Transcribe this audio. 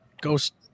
ghost